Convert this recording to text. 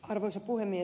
arvoisa puhemies